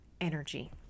energy